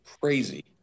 crazy